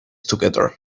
together